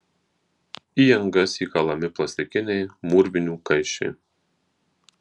į angas įkalami plastikiniai mūrvinių kaiščiai